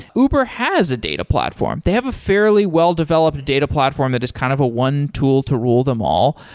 uber has a data platform. they have a fairly well-developed data platform that is kind of a one tool to rule them all,